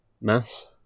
Mass